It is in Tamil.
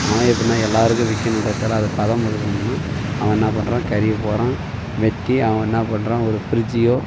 அவன் எப்படின்னா எல்லோருக்கும் விற்கணுன்றத்தால அதை பதம்படுத்தணுன்னா அவன் என்ன பண்ணுறான் கறியை பூராம் வெட்டி அவன் என்ன பண்ணுறான் ஒரு ஃப்ரிட்ஜியோ